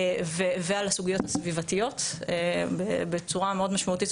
ועל סוגיות סביבתיות בצורה מאוד משמעותית,